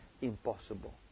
impossible